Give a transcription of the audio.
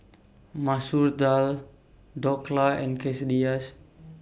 Masoor Dal Dhokla and Quesadillas